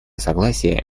согласие